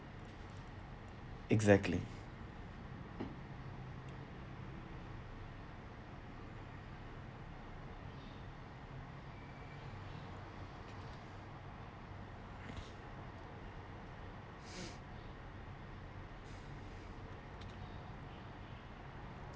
exactly